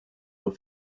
were